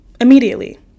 Immediately